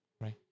Right